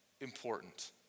important